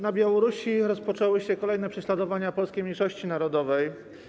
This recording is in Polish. Na Białorusi rozpoczęły się kolejne prześladowania polskiej mniejszości narodowej.